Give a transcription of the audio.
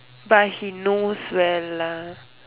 but he knows where lah